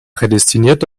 prädestiniert